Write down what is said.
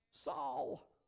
Saul